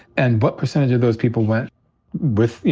and what percentage of those people went with, you